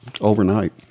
overnight